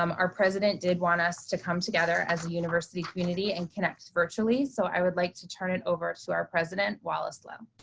um our president did want us to come together as a university community and connect virtually. so i would like to turn it over to our president, wallace loh.